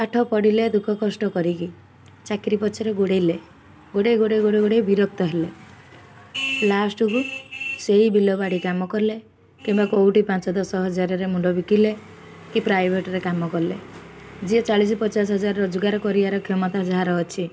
ପାଠ ପଢ଼ିଲେ ଦୁଃଖ କଷ୍ଟ କରିକି ଚାକିରି ପଛରେ ଗୋଡ଼େଇଲେ ଗୋଡ଼େଇ ଗୋଡ଼େଇ ଗୋଡ଼େଇ ଗୋଡ଼େଇ ବିରକ୍ତ ହେଲେ ଲାଷ୍ଟକୁ ସେଇ ବିଲବାଡ଼ି କାମ କଲେ କିମ୍ବା କେଉଁଠି ପାଞ୍ଚ ଦଶ ହଜାରରେ ମୁଣ୍ଡ ବିକିଲେ କି ପ୍ରାଇଭେଟରେ କାମ କଲେ ଯିଏ ଚାଳିଶ ପଚାଶ ହଜାର ରୋଜଗାର କରିବାର କ୍ଷମତା ଯାହାର ଅଛି